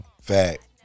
Fact